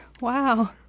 wow